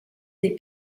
des